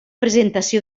presentació